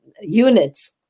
units